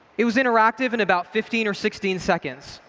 it was interactive in about fifteen or sixteen seconds.